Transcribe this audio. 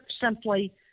simply